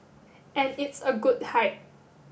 and it's a good height